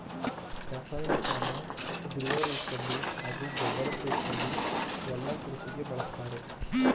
ರಾಸಾಯನಿಕನ ದ್ರವರೂಪ್ದಲ್ಲಿ ಹಾಗೂ ಗೊಬ್ಬರದ್ ರೂಪ್ದಲ್ಲಿ ಯಲ್ಲಾ ಕೃಷಿಗೆ ಬಳುಸ್ತಾರೆ